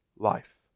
life